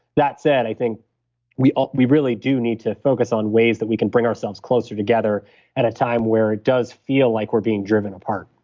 that said, i think we ah we really do need to focus on ways that we can bring ourselves closer together at a time where it does feel like we're being driven apart